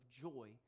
joy